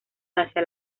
hacia